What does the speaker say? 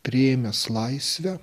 priėmęs laisvę